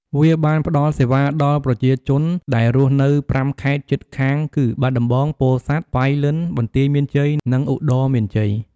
វាបានផ្ដល់សេវាដល់ប្រជាជនដែលរស់នៅ៥ខេត្តជិតខាងគឺ បាត់ដំបង ពោធិ៍សាត់ ប៉ៃលិន បន្ទាយមានជ័យ និង ឧត្តរមានជ័យ។